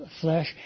flesh